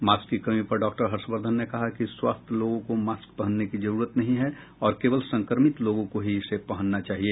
mask की कमी पर डॉक्टर हर्षवर्द्वन ने कहा कि स्वस्थ लोगों को मास्क पहनने की जरूरत नहीं है और केवल संक्रमित लोगों को ही इसे पहनना चाहिए